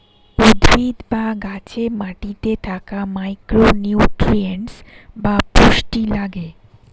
উদ্ভিদ বা গাছে মাটিতে থাকা মাইক্রো নিউট্রিয়েন্টস বা পুষ্টি লাগে